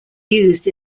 used